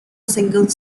single